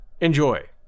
Enjoy